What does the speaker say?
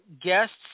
guest's